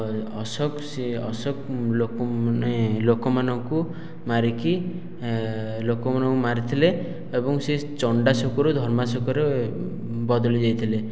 ଅଶୋକ ସିଏ ଅଶୋକ ଲୋକ ମାନେ ଲୋକମାନଙ୍କୁ ମାରିକି ଲୋକମାନଙ୍କୁ ମାରିଥିଲେ ଏବଂ ସେ ଚଣ୍ଡାଶୋକ ରୁ ଧର୍ମାଶୋକରେ ବଦଳି ଯାଇଥିଲେ